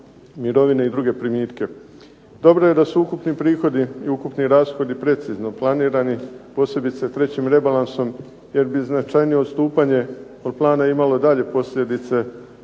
mirovine i druge primitke. Dobro je da su ukupni prihodi i ukupni rashodi precizno planirani, posebice trećim rebalansom jer bi značajnije odstupanje od plana imalo daljnje posljedice